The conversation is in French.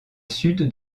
sud